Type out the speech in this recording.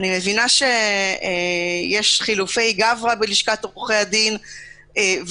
אני מבינה שיש חילופי גברי בלשכת עורכי הדין ולכן,